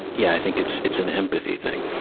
yeah, think it's, it's an empathy thing.